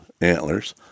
antlers